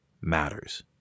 matters